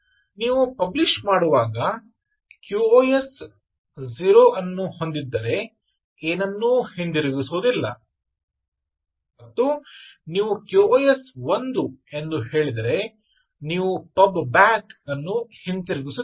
ನೀವು ಪಬ್ಲಿಷ ಮಾಡುವಾಗ QoS 0 ಹೊಂದಿದ್ದರೆ ಏನನ್ನೂ ಹಿಂತಿರುಗಿಸುವುದಿಲ್ಲ ಮತ್ತು ನೀವು QoS 1 ಎಂದು ಹೇಳಿದರೆ ನೀವು ಪಬ್ ಬ್ಯಾಕ್ ಅನ್ನು ಹಿಂತಿರುಗಿಸುತ್ತೀರಿ